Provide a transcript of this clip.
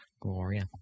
Gloria